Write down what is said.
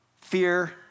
Fear